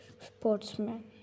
sportsman